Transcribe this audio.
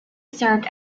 served